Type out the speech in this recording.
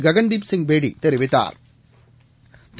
Gagandeep Singh Bedi தெரிவித்தா்்